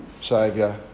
Saviour